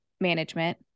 management